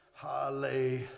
Hallelujah